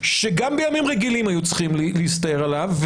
שגם בימים רגילים היו צריכים להסתער עליו,